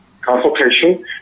consultation